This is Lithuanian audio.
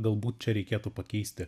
galbūt čia reikėtų pakeisti